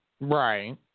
right